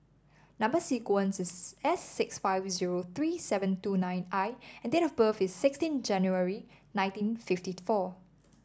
number sequence is S six five zero three seven two nine I and date of birth is sixteen January nineteen fifty four